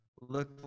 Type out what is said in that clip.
look